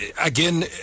again